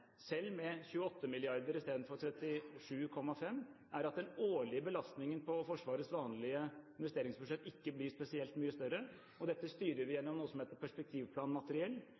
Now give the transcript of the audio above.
selv med 28 mrd. kr i stedet for 37,5 mrd. kr, er at den årlige belastningen på Forsvarets vanlige investeringsbudsjett ikke blir spesielt mye større. Dette styrer vi gjennom noe som heter